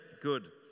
good